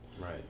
Right